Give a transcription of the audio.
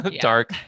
dark